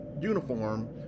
uniform